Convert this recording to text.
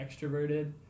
extroverted